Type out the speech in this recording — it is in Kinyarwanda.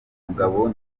mugabo